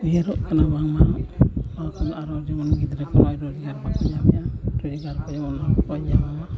ᱩᱭᱦᱟᱹᱨᱚᱜ ᱠᱟᱱᱟ ᱵᱟᱝᱢᱟ ᱟᱨᱚ ᱡᱮᱢᱚᱱ ᱜᱤᱫᱽᱨᱟᱹ ᱠᱚ ᱟᱨ ᱨᱳᱡᱽᱜᱟᱨ ᱵᱟᱠᱚ ᱧᱟᱢᱮᱜᱼᱟ